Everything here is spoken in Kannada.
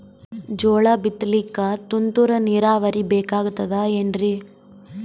ಜೋಳ ಬಿತಲಿಕ ತುಂತುರ ನೀರಾವರಿ ಬೇಕಾಗತದ ಏನ್ರೀ?